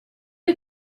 did